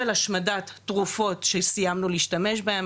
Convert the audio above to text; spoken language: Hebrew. של השמדת תרופות שסיימנו להשתמש בהם,